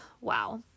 wow